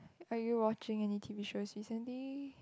are you watching any T_V shows recently